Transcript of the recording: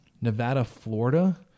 Nevada-Florida